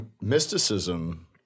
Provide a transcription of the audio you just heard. Mysticism